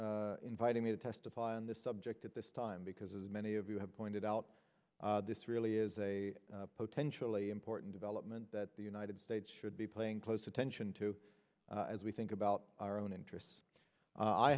inviting me to testify on this subject at this time because as many of you have pointed out this really is a potentially important development that the united states should be playing close attention to as we think about our own interests